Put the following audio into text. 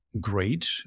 great